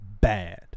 bad